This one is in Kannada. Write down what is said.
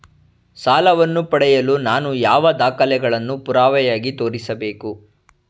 ಸಾಲವನ್ನು ಪಡೆಯಲು ನಾನು ಯಾವ ದಾಖಲೆಗಳನ್ನು ಪುರಾವೆಯಾಗಿ ತೋರಿಸಬೇಕು?